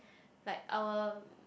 like our